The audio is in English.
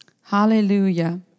Hallelujah